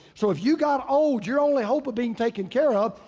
so if you got old, your only hope of being taken care of,